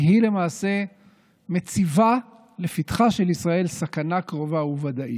כי היא למעשה מציבה לפתחה של ישראל סכנה קרובה וודאית.